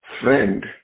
friend